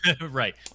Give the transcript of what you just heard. Right